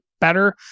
better